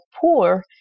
poor